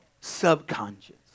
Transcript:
subconscious